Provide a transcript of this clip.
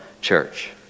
Church